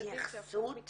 התייחסות